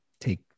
take